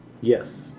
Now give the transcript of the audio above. Yes